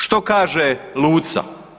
Što kaže Luca?